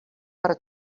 per